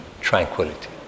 tranquility